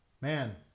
Man